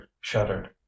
shuddered